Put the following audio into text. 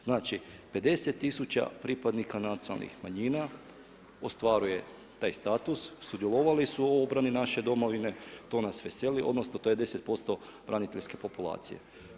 Znači 50000 pripadnika nacionalnih manjina, ostvaruje taj status, sudjelovali su u obrani naše domovine, to nas veseli odnosno, to je 10% braniteljske populacije.